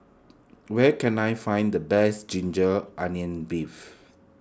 where can I find the Best Ginger Onions Beef